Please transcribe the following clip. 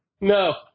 No